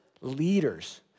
leaders